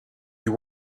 you